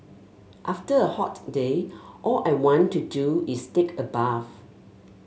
after a hot day all I want to do is take a bath